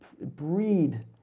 breed